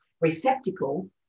receptacle